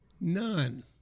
None